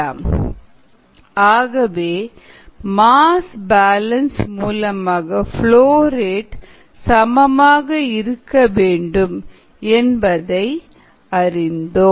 𝐹𝑖 𝜌𝑖 𝐹0 𝜌0 𝐹𝑖 𝐹0 𝐹 ஆகவே mass balance மூலமாக சமமாக இருக்கவேண்டும் என்பதை அறிந்தோம்